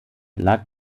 lag